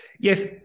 yes